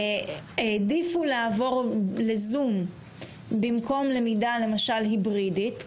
העדיפו לעבור לזום במקום למידה למשל היברידית,